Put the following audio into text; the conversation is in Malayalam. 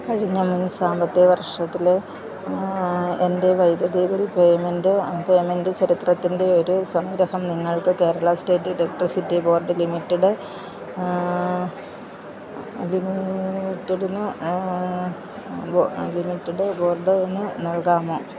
കഴിഞ്ഞ മുൻ സാമ്പത്തിക വർഷത്തിലെ എൻ്റെ വൈദ്യുതി ബിൽ പേയ്മെൻ്റ് പേയ്മെൻറ് ചരിത്രത്തിൻ്റെ ഒരു സംഗ്രഹം നിങ്ങൾക്ക് Kerala state electricity board limited അതിന് ലിമിറ്റഡിന് ലിമിറ്റഡ് ബോർഡിന് നൽകാമോ